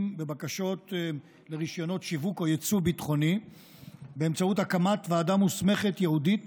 בבקשות לרישיונות שיווק או יצוא ביטחוני באמצעות הקמת ועדה מוסמכת ייעודית